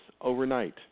overnight